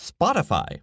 Spotify